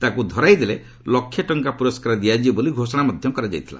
ତାକୁ ଧରାଇଦେଲେ ଲକ୍ଷେ ଟଙ୍କା ପୁରସ୍କାର ଦିଆଯିବ ବୋଲି ଘୋଷଣା କରାଯାଇଥିଲା